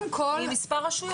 עם מספר רשויות.